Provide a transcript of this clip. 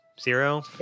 Zero